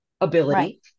ability